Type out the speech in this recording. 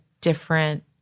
different